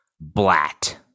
blat